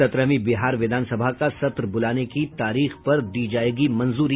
सत्रहवीं बिहार विधानसभा का सत्र बुलाने की तारीख पर दी जायेगी मंजूरी